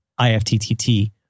IFTTT